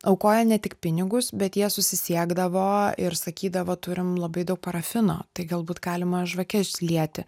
aukoja ne tik pinigus bet jie susisiekdavo ir sakydavo turim labai daug parafino tai galbūt galima žvakes lieti